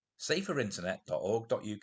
Saferinternet.org.uk